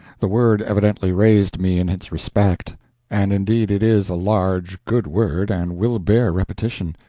the word evidently raised me in its respect and indeed it is a large, good word and will bear repetition.